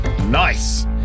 Nice